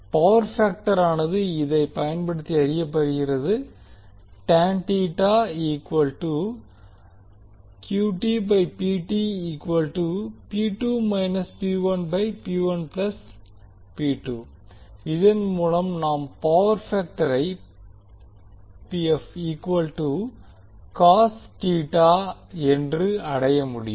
power பேக்டரானது இதை பயன்படுத்தி அறியப்படுகிறது இதன் மூலம் நாம் பவர் பேக்டரை என்று அடைய முடியும்